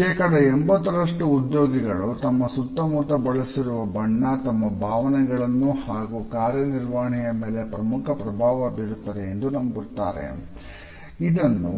ಶೇಕಡಾ 80ರಷ್ಟು ಉದ್ಯೋಗಿಗಳು ತಮ್ಮ ಸುತ್ತಮುತ್ತ ಬಳಸಿರುವ ಬಣ್ಣ ತಮ್ಮ ಭಾವನೆಗಳು ಹಾಗೂ ಕಾರ್ಯನಿರ್ವಹಣೆಯ ಮೇಲೆ ಪ್ರಮುಖ ಪರಿಣಾಮ ಬೀರುತ್ತದೆ ಎಂದು ನಂಬುತ್ತಾರೆ ಎಂಬುದನ್ನು